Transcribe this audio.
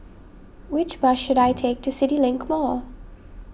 which bus should I take to CityLink Mall